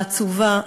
העצובה,